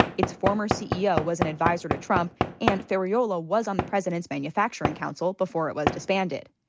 its former ceo was an adviser to trump and ferriola was on the president's manufacturing council before it was disbanded.